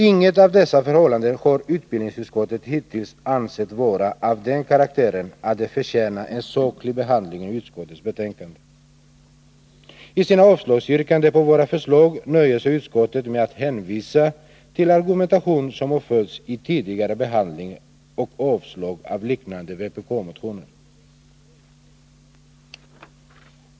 Inget av dessa förhållanden har utbildningsutskottet hittills ansett vara av den karaktären att det förtjänar en saklig behandling i utskottets betänkande. I sina yrkanden om avslag på våra förslag nöjer sig utskottet med att hänvisa till argumentation som har förts vid tidigare behandling och avstyrkan av liknande vpk-motioner.